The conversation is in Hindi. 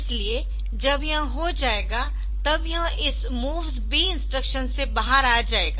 इसलिए जब यह हो जाएगा तब यह इस MOVSB इंस्ट्रक्शन से बाहर आ जाएगा